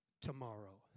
tomorrow